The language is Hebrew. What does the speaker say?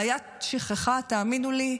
בעיית שכחה, תאמינו לי,